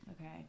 okay